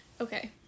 Okay